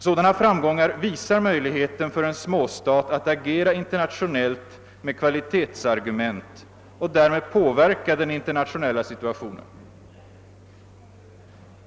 Sådana framgångar visar möjligheterna för en småstat att agera internationellt med kvalitetsargument och därmed påverka den internationella situationen.